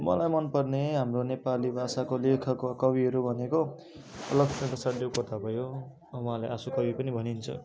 मलाई मन पर्ने हाम्रो नेपाली भाषाको लेखक र कविहरू भनेको लक्ष्मीप्रसाद देवकोटा भयो उहाँलाई आँसु कवि पनि भनिन्छ